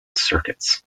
circuits